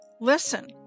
Listen